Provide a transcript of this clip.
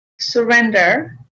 surrender